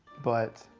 but,